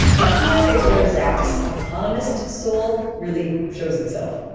and here is where zack's economist soul really shows itself